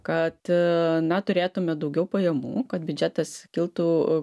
kad na turėtume daugiau pajamų kad biudžetas kiltų